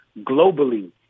globally